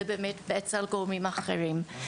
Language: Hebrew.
הם אצל גורמים אחרים.